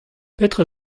petra